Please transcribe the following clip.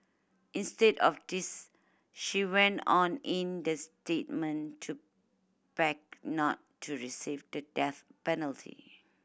instead of this she went on in the statement to beg not to receive the death penalty